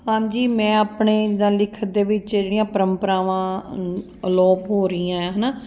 ਹਾਂਜੀ ਮੈਂ ਆਪਣੇ ਜਿੱਦਾਂ ਲਿਖਤ ਦੇ ਵਿੱਚ ਜਿਹੜੀਆਂ ਪਰੰਪਰਾਵਾਂ ਅਲੋਪ ਹੋ ਰਹੀਆਂ ਹੈ ਨਾ